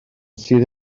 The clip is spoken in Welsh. syth